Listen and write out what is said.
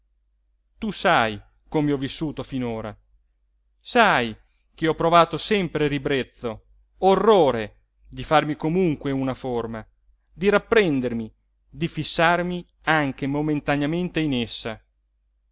tu sai come ho vissuto finora sai che ho provato sempre ribrezzo orrore di farmi comunque una forma di rapprendermi di fissarmi anche momentaneamente in essa